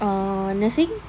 ah nursing